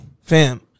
Fam